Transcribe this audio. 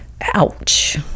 Ouch